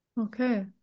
Okay